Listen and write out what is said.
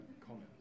comments